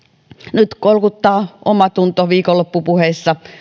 nyt kolkuttaa omatunto viikonloppupuheissa